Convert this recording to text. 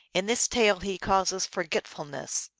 in this tale he causes forgetfulness.